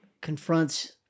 confronts